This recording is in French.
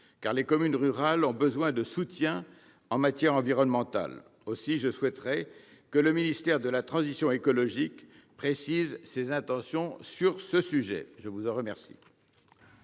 car les communes rurales ont besoin de soutien en matière environnementale. Je souhaiterais que le ministère de la transition écologique précise ses intentions sur ce sujet. Mes chers